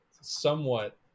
somewhat